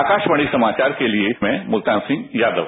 आकाशवाणी समाचार के लिए मैं मुल्तान सिंह यादव